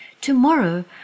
Tomorrow